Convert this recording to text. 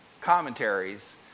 commentaries